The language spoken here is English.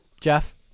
Jeff